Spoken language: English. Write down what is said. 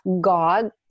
God